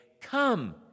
come